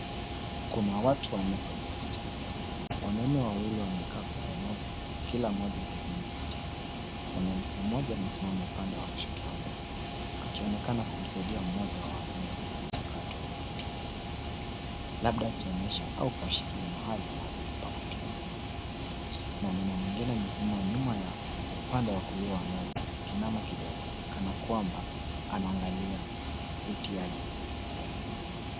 Kuna watu wamo kwenye picha. Wanaume wawili wamekaa kwenye meza, kila mmoja akisaini hati. Mwanamke mmoja amesimama upande wa kushoto wa meza akionekana kumsaidia mmoja wa wanaume na mchakato wa utiaji saini, labda akionyesha au kuashiria mahali maalum pa kutia saini. Mwanaume mwingine amesimama nyuma yao, upande wa kulia wa meza akiinama kidogo kanakwamba anaangalia utiaji saini.